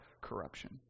corruption